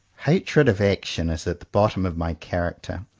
hatred of action is at the bottom of my character.